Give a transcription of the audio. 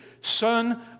son